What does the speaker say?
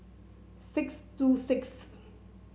six two six